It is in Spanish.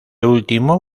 último